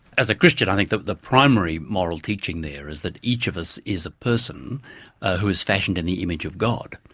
as a christian i think the the primary moral teaching there is that each of us is a person who is fashioned in the image of god.